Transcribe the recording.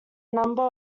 number